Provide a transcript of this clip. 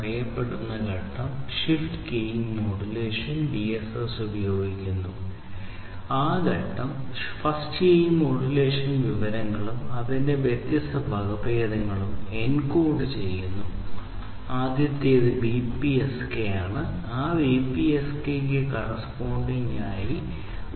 binary phase shift keying ഇത് സാധാരണയായി 20 മുതൽ 40 Kbps വരെ ഡാറ്റ ട്രാൻസ്മിഷൻ നിരക്കും ഈ പ്രത്യേക ഫ്രീക്വൻസി ബാൻഡായ 868 915 മെഗാഹെർട്സ് ഫ്രീക്വൻസി ബാൻഡിനും ഉപയോഗിക്കുന്നു